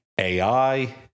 AI